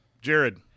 jared